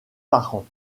parents